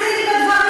אל תיכנסי לי בדברים.